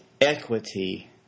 equity